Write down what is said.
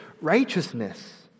Righteousness